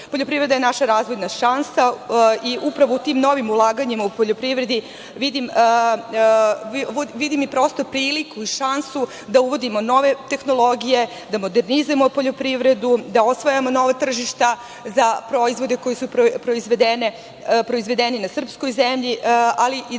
poljoprivrede. Poljoprivreda je naša razvojna šansa i upravo tim novim ulaganjem u poljoprivredi, vidim i prosto priliku i šansu da uvodimo nove tehnologije, da modernizujemo poljoprivredu, da osvajamo nova tržišta za proizvode koji su proizvedeni na srpskoj zemlji, ali i